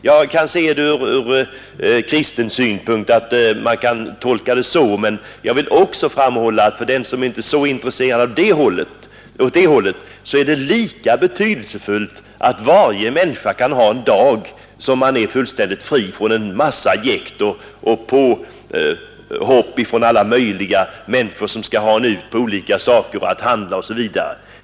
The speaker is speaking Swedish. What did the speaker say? Jag kan se det ur kristen synpunkt, man kan ha den synen på detta, men jag vill också framhålla för den som inte är så intresserad åt det hållet, att det är lika betydelsefullt att varje människa kan ha en dag som han är fullständigt fri från en massa jäkt och påhopp från alla möjliga människor som skall ha en ut på olika saker, att handla osv.